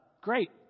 Great